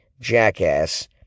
Jackass